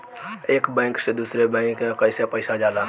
एक बैंक से दूसरे बैंक में कैसे पैसा जाला?